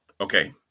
Okay